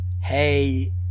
hey